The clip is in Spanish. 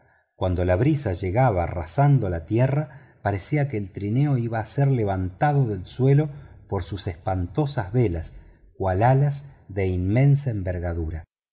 cuando la brisa llegaba rasando la tierra parecía que el trineo iba a ser levantado del suelo por sus espantosas velas cual alas de inmensa envergadura